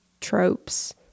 tropes